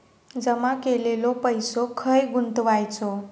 जमा केलेलो पैसो खय गुंतवायचो?